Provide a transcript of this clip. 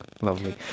lovely